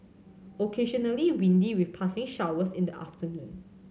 occasionally windy with passing showers in the afternoon